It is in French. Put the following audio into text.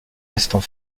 restant